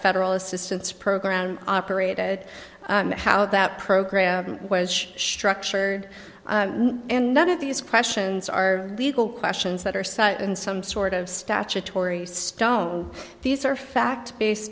federal assistance program operated how that program was structured and none of these questions are legal questions that are set in some sort of statutory stone these are fact based